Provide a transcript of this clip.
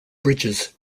bridges